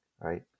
right